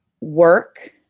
work